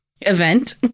event